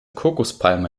kokospalme